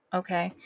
okay